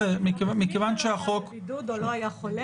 מי שלא היה בבידוד או לא היה חולה,